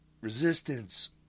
resistance